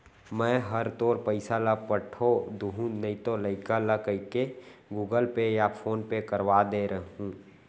मैं हर तोर पइसा ल पठो दुहूँ नइतो लइका ल कइके गूगल पे या फोन पे करवा दे हूँ